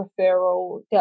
referral